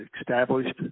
established